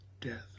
death